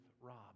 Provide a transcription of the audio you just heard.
rob